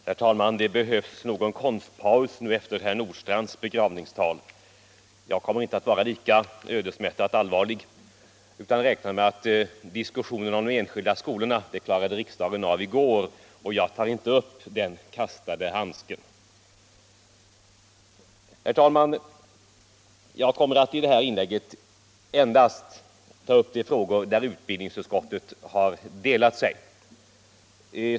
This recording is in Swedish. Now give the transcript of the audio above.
Herr talman! Det behövs nog en konstpaus nu efter herr Nordstrandhs begravningstal. Jag kommer inte att vara lika ödesmättat allvarlig utan räknar med att diskussionen om de enskilda skolorna blev avklarad här i riksdagen i går, och jag tar inte upp den kastade handsken. Jag kommer, herr talman, i det här inlägget endast att beröra de frågor där utbildningsutskottet har delat sig.